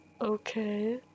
okay